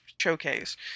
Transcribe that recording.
showcase